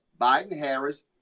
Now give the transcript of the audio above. Biden-Harris